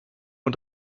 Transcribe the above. uhr